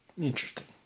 Interesting